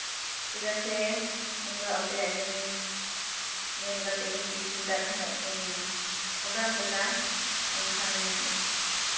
ᱪᱮᱫᱟᱜ ᱥᱮ ᱤᱧᱫᱚ ᱟᱯᱮᱭᱟᱜ ᱡᱤᱱᱤᱥ ᱧᱮᱞ ᱠᱟᱛᱮᱫ ᱤᱧ ᱠᱩᱥᱤᱭᱟᱫ ᱛᱟᱦᱮᱱᱚᱜ ᱛᱤᱧ ᱚᱰᱟᱨ ᱞᱮᱫᱟ ᱢᱮᱱᱠᱷᱟᱱ